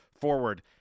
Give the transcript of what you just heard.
forward